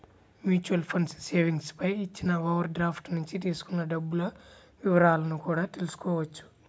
mutual funds savings పై ఇచ్చిన overdraft నుంచి తీసుకున్న డబ్బుల వివరాలను కూడా తెల్సుకోవచ్చు